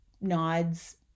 nods